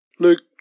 Luke